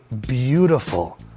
beautiful